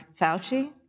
Fauci